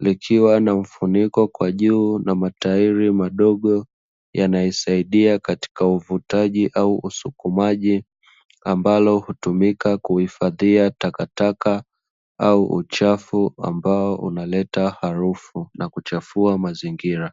lokiwa na mfuniko kwa juu na matairi madogo yanaisaidia katika uvutaji au usukumaji ambalo hutumika kuhifadhia takataka au uchafu ambao unaleta harufu na kuchafua mazingira